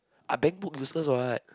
ah bank book useless what